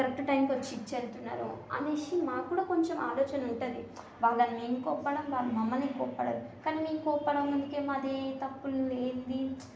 correct టైంకి వచ్చి ఇచ్చి వెళుతున్నారు అనేసి మాకు కూడా కొంచెం ఆలోచన ఉంటుంది వాళ్ళని మేము కోప్పడటం వాళ్ళు మమ్మల్ని కోప్పడరు కానీ మేము కోప్పడక ముందుకే మాది తప్పు లేనిది